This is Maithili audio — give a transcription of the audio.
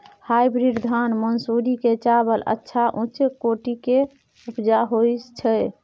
हाइब्रिड धान मानसुरी के चावल अच्छा उच्च कोटि के उपजा होय छै?